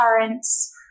currents